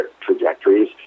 trajectories